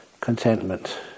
contentment